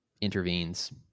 intervenes